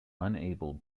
unable